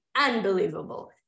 unbelievable